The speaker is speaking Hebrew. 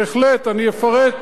בהחלט, אני אפרט.